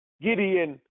Gideon